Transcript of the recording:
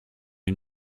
ils